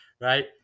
right